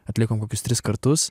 atlikom kokius tris kartus